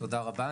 תודה רבה.